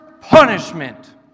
punishment